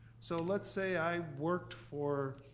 so let's say i worked for